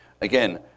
Again